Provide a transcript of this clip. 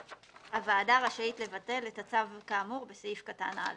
הוועדה רשאית לבטל את הצו כאמור בסעיף קטן (א).